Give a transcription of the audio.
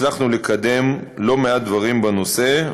הצלחנו לקדם לא מעט דברים בנושא,